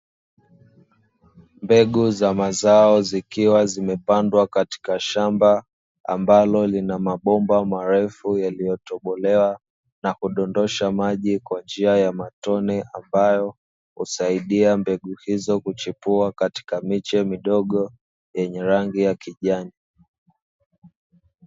Mbegu za mazao zikiwa zimepandwa katika shamba ambalo lina mabomba marefu, yaliyotobolewa na kudondosha maji kwa njia ya matone ambayo husaidia mbegu hizo kuchipua katika miche midogo yenye rangi ya kijani.